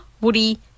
Woody